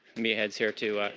meathead's here to